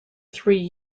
three